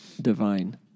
divine